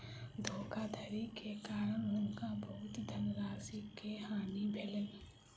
धोखाधड़ी के कारण हुनका बहुत धनराशि के हानि भेलैन